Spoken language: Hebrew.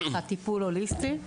ככה טיפול הוליסטי.